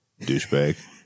Douchebag